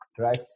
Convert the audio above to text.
right